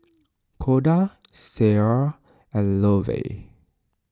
Koda Ciera and Lovell